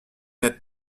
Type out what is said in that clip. n’êtes